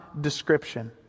description